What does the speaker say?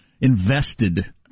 invested